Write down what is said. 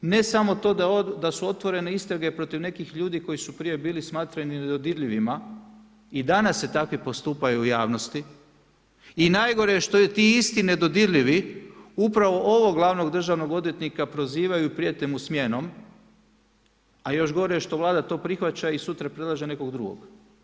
Ne samo to da su otvorene istrage protiv nekih ljudi koji su prije bili smatrani nedodirljivima i danas se takvi postupaju u javnosti i najgoro je što ti isti nedodirljivi upravo ovog glavnog državnog odvjetnika prozivaju i prijete mu smjenom, a još gore je što Vlada to prihvaća i sutra predlaže nekog drugog.